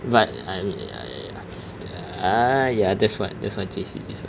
but I mean ya ya ya !aiya! that's what that's what J_C is